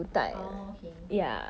orh okay